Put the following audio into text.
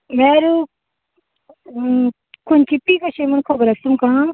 म्हल्यार खंयची ती भाशा म्हूण खबर आसा तुमकां